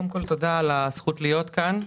תודה על הזכות להיות כאן.